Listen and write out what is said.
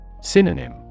Synonym